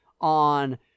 on